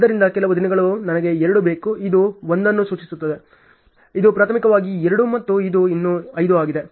ಆದ್ದರಿಂದ ಕೆಲವು ದಿನಗಳು ನನಗೆ 2 ಬೇಕು ಇದು 1 ಅನ್ನು ಸೂಚಿಸುತ್ತದೆ ಇದು ಪ್ರಾಥಮಿಕವಾಗಿ 2 ಮತ್ತು ಇದು ಇನ್ನೂ 5 ಆಗಿದೆ